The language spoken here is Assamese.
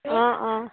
অঁ অঁ